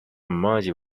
merge